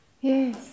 yes